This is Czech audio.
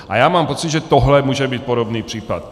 A já mám pocit, že tohle může být podobný případ.